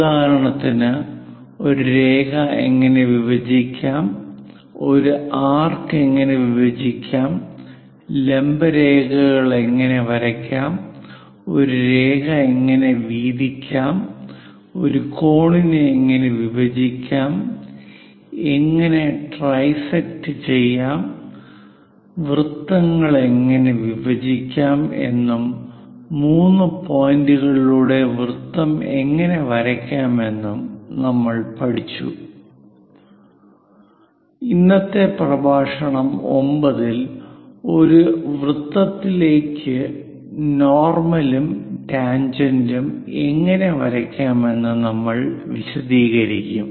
ഉദാഹരണത്തിന് ഒരു രേഖ എങ്ങനെ വിഭജിക്കാം ഒരു ആർക്ക് എങ്ങനെ വിഭജിക്കാം ലംബ രേഖകൾ എങ്ങനെ വരയ്ക്കാം ഒരു രേഖ എങ്ങനെ വീതിക്കാം ഒരു കോണിനെ എങ്ങനെ വിഭജിക്കാം എങ്ങനെ ട്രിസെക്റ്റ് ചെയ്യാം വൃത്തങ്ങൾ എങ്ങനെ വിഭജിക്കാം എന്നും മൂന്ന് പോയിന്റുകളിലൂടെ വൃത്തം എങ്ങനെ വരക്കാം എന്നും ഇന്നത്തെ പ്രഭാഷണം 9 ൽ ഒരു വൃത്തത്തിലേക്കു നോർമൽ ഉം ടാൻജെന്റും എങ്ങനെ വരയ്ക്കാമെന്ന് നമ്മൾ വിശദീകരിക്കും